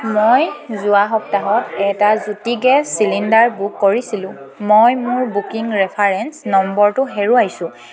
মই যোৱা সপ্তাহত এটা জ্যোতি গেছ চিলিণ্ডাৰ বুক কৰিছিলোঁ মই মোৰ বুকিং ৰেফাৰেঞ্চ নম্বৰটো হেৰুৱাইছোঁ